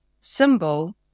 symbol